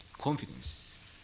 confidence